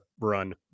run